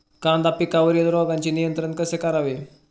कांदा पिकावरील रोगांचे नियंत्रण कसे करावे?